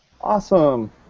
Awesome